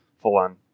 full-on